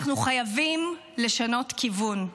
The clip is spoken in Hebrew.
אנחנו חייבים לשנות כיוון,